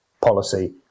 policy